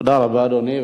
תודה רבה, אדוני.